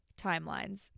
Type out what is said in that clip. Timelines